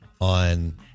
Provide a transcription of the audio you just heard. on –